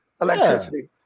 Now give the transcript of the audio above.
electricity